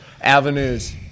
avenues